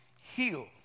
Heal